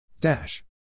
Dash